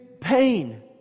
pain